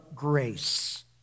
grace